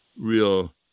real